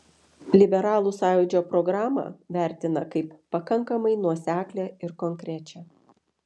liberalų sąjūdžio programą vertina kaip pakankamai nuoseklią ir konkrečią